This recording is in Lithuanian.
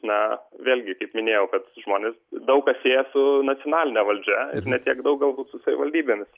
na vėlgi kaip minėjau kad žmonės daug kas sieja su nacionaline valdžia ir ne tiek daug galbūt su savivaldybėmis